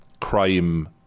Crime